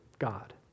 God